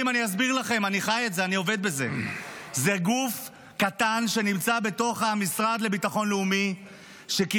זה נמצא היום --- זאת